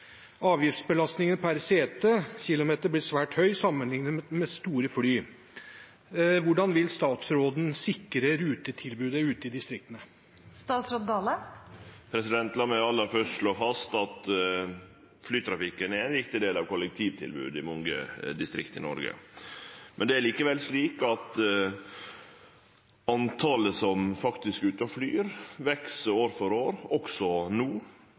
blir svært høy sammenlignet med store fly. Hvordan vil statsråden sikre rutetilbudet i distriktene?» La meg aller først slå fast at flytrafikken er ein viktig del av kollektivtilbodet i mange distrikt i Noreg. Det er likevel slik at talet på dei som faktisk er ute og flyr, veks år for år – også no.